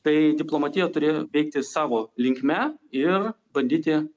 tai diplomatija turėjo veikti savo linkme ir bandyti